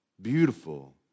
beautiful